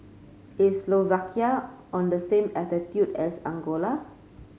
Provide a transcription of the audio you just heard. is Slovakia on the same latitude as Angola